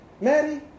marry